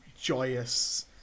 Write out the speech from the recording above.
joyous